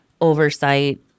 oversight